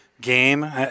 game